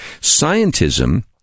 Scientism